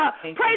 praise